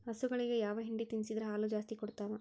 ಹಸುಗಳಿಗೆ ಯಾವ ಹಿಂಡಿ ತಿನ್ಸಿದರ ಹಾಲು ಜಾಸ್ತಿ ಕೊಡತಾವಾ?